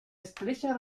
estrecha